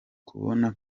kubona